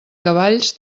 cavalls